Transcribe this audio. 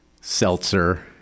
seltzer